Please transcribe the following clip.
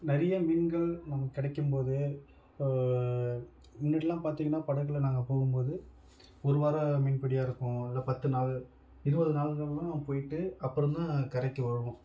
நிறைய மீன்கள் நமக்கு கிடைக்கும் போது முன்னாடியெலாம் பார்த்திங்கன்னா படகில் நாங்கள் போகும் போது ஒரு வார மீன் பிடியாக இருக்கும் இல்லை பத்து நாள் இருபது நாட்களும் போய்விட்டு அப்புறம் தான் கரைக்கு வருவோம்